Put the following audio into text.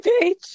page